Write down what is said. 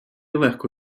легко